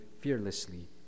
fearlessly